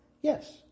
Yes